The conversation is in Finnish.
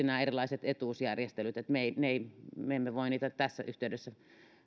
nämä erilaiset etuusjärjestelyt tulevat sitten tuomioistuimen harkittavaksi me emme voi niitä tässä yhteydessä